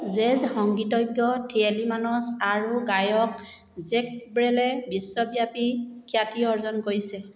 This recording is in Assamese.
জেজ সংগীতজ্ঞ থিয়েলিমানছ আৰু গায়ক জেক ব্ৰেলে বিশ্বব্যাপী খ্যাতি অৰ্জন কৰিছে